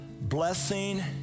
blessing